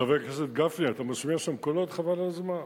חבר הכנסת גפני, אתה משמיע שם קולות, חבל על הזמן,